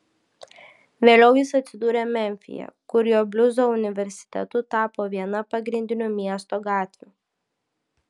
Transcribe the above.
vėliau jis atsidūrė memfyje kur jo bliuzo universitetu tapo viena pagrindinių miesto gatvių